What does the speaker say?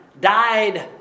died